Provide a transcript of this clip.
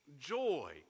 joy